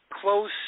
close